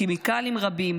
כימיקלים רבים,